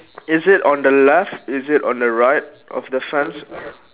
is it on the left is it on the right of the fence